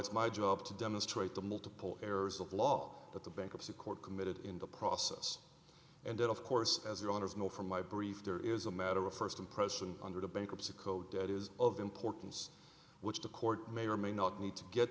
it's my job to demonstrate the multiple errors of law that the bankruptcy court committed in the process and of course as your owners know from my brief there is a matter of first impression under the bankruptcy code that is of importance which the court may or may not need to get